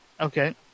Okay